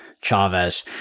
Chavez